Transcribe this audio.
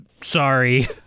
sorry